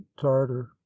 tartar